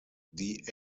die